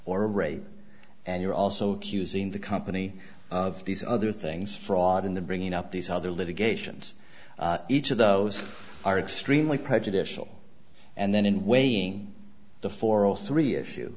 or rape and you're also accusing the company of these other things fraud in the bringing up these other litigations each of those are extremely prejudicial and then in weighing the four zero three issue